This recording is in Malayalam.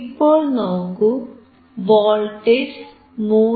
ഇപ്പോൾ നോക്കൂ വോൾട്ടേജ് 3